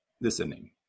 listening